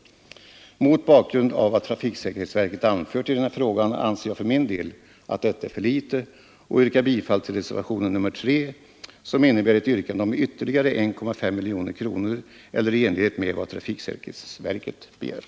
Mot bakgrund av vad trafiksäkerhetsverket anfört i den här frågan anser jag för min del att detta är för litet och yrkar bifall till reservationen 3, som innebär ett yrkande om ytterligare 1,5 miljoner kronor i enlighet med vad trafiksäkerhetsverket begärt.